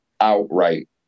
outright